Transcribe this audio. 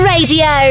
Radio